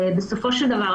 בסופו של דבר,